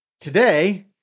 today